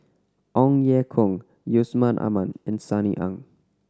Ong Ye Kung Yusman Aman and Sunny Ang